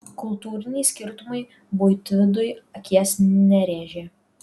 kultūriniai skirtumai buitvidui akies nerėžė